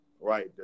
right